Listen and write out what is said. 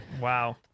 Wow